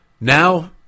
Now